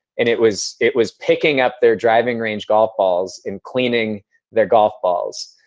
and it was it was picking up their driving range golf balls and cleaning their golf balls.